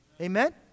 Amen